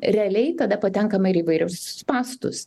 realiai tada patenkama ir įvairius spąstus